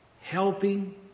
helping